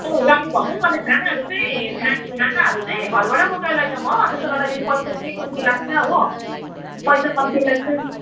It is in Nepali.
गाडी भनौँ न अन्त खानाहरू चाहिँ खानाहरू चाहिँ घरबाट बोकेर लैजाउँ हो त्यसो गर्दाखेरि पैसा पनि कम्ती लाग्छ हो पैसा कम्ती लाग्छ